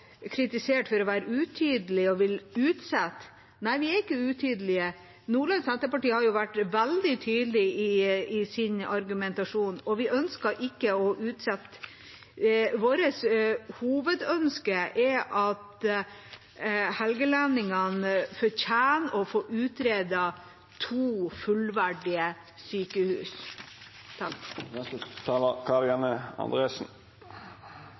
kritisert for å være utydelig og ville utsette. Nei, vi er ikke utydelige. Nordland Senterparti har vært veldig tydelig i sin argumentasjon, og vi ønsker ikke å utsette. Vårt hovedønske er å få utredet to fullverdige sykehus,